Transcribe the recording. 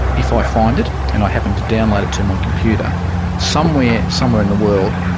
if i find it and i happen to download it to my computer somewhere, somewhere in the world,